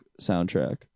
soundtrack